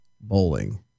bowling